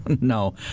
No